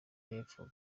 y’epfo